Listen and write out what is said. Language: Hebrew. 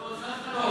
שר האוצר לא מכיר.